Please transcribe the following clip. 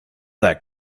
that